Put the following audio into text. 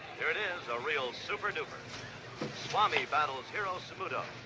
here it is, a real super-duper. the swami battles hiro samuto.